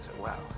Wow